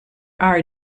are